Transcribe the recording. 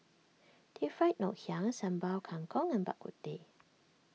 Deep Fried Ngoh Hiang Sambal Kangkong and Bak Kut Teh